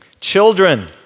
Children